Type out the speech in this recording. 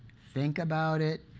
think about it,